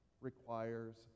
requires